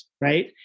right